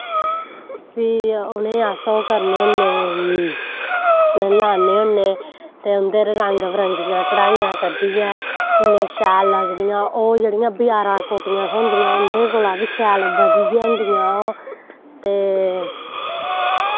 फ्ही उनें अस ओह् करने होन्ने लान्ने होन्ने उंदे पर रंग बरंगियां कढ़ाइयां कड्डियै इन्ने शैल लब्भदियां ओह् जेह्ड़ियां बजारा कोट्टियां थ्होंदियां उंदे कोला बी शैल बधियै होंदियां ओह् ते